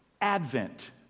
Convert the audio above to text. Advent